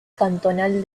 cantonal